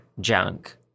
junk